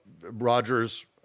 Rogers